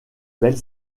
belle